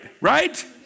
right